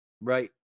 Right